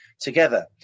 together